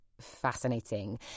fascinating